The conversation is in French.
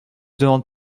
demande